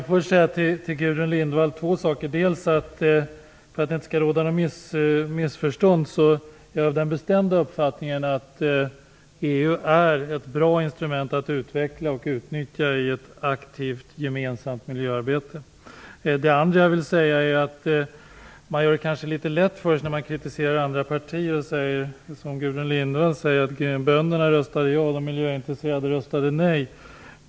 Fru talman! Jag vill säga två saker till Gudrun För att det inte skall råda något missförstånd vill jag för det första påpeka att jag är av den bestämda uppfattningen att EU är ett bra instrument att utveckla och utnyttja i ett aktivt, gemensamt miljöarbete. För det andra menar jag att man kanske gör det litet lätt för sig när man kritiserar andra partier och som Gudrun Lindvall säger att bönderna röstade ja och de miljöintresserade röstade nej.